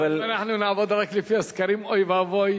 אם אנחנו נעבוד רק לפי הסקרים, אוי ואבוי.